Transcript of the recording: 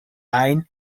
ajn